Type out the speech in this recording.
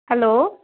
hello